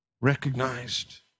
recognized